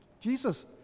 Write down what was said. Jesus